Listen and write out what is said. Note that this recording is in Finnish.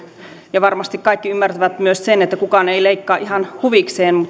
ja varmasti kaikki ymmärtävät myös sen että kukaan ei leikkaa ihan huvikseen